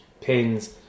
pins